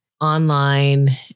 online